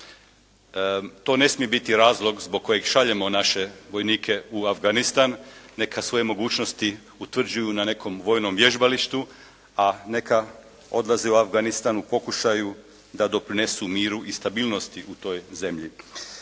To ne smije biti razlog zbog kojeg šaljemo naše vojnike u Afganistan, neka svoje mogućnosti utvrđuju na nekom vojnom vježbalištu, a neka odlaze u Afganistan u pokušaju da doprinesu miru i stabilnosti u toj zemlji.